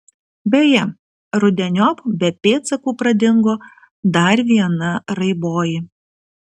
beje rudeniop be pėdsakų pradingo dar viena raiboji